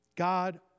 God